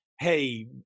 Hey